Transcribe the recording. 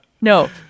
No